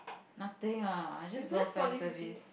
nothing ah I just welfare service